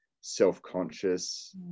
self-conscious